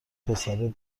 پسره